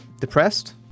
depressed